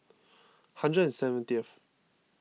hundred and seventieth